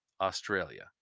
Australia